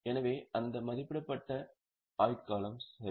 எனவே அந்த மதிப்பிடப்பட்ட ஆயுட்காலம் இங்கே கொடுக்கப்பட்டுள்ளது சரி